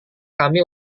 kami